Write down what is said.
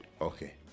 Okay